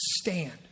stand